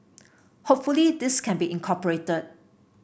hopefully this can be incorporated